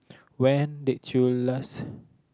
when did you last